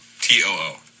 T-O-O